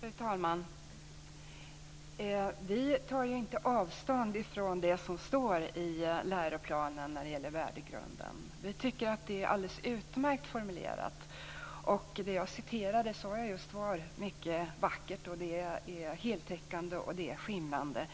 Fru talman! Vi tar inte avstånd från det som står i läroplanen när det gäller värdegrunden. Vi tycker att det är alldeles utmärkt formulerat. Det som jag citerade sade jag just är mycket vackert, heltäckande och skimrande.